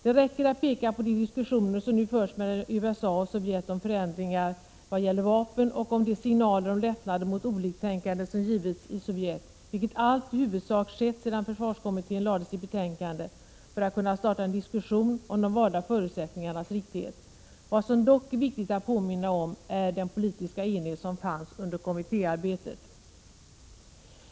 Det räcker att peka på de diskussioner som nu förs mellan USA och Sovjet om förändringar vad gäller vapen och de signaler om lättnader mot oliktänkande som givits i Sovjet, vilket allt i huvudsak skett efter det att försvarskommittén lade fram sitt betänkande, för att kunna starta en diskussion om de valda förutsättningarnas riktighet. Vad som dock är viktigt att påminna om är den politiska enighet som fanns under kommittéarbetet.